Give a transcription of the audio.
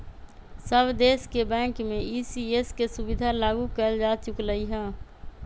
सब देश के बैंक में ई.सी.एस के सुविधा लागू कएल जा चुकलई ह